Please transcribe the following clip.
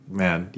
man